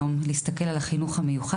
אי-אפשר להסתכל היום על החינוך המיוחד,